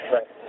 Right